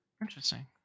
Interesting